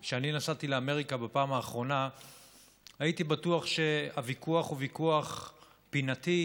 כשאני נסעתי לאמריקה בפעם האחרונה הייתי בטוח שהוויכוח הוא ויכוח פינתי,